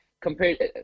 compared